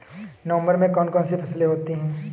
नवंबर में कौन कौन सी फसलें होती हैं?